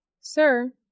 Sir